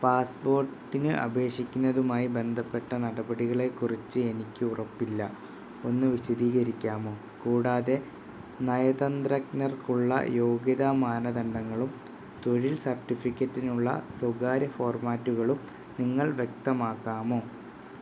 പാസ്പ്പോട്ടിന് അപേഷിക്കുന്നതുമായി ബന്ധപ്പെട്ട നടപടികളെക്കുറിച്ച് എനിക്കുറപ്പില്ല ഒന്ന് വിശദീകരിക്കാമോ കൂടാതെ നയതന്ത്രജ്ഞർക്കുള്ള യോഗ്യതാ മാനദണ്ഡങ്ങളും തൊഴിൽ സർട്ടിഫിക്കറ്റിനുള്ള സ്വകാര്യ ഫോർമാറ്റ്കളും നിങ്ങൾ വ്യക്തമാക്കാമോ